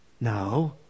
No